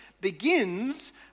begins